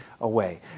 away